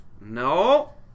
no